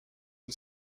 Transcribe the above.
une